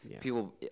people